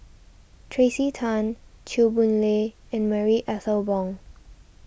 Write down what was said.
Tracey Tan Chew Boon Lay and Marie Ethel Bong